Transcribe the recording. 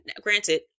granted